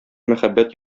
мәхәббәт